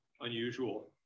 unusual